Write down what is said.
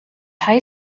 high